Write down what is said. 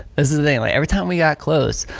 this is the thing, like every time we got close,